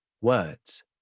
Words